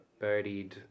birdied